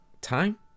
time